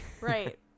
Right